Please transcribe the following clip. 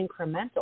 incremental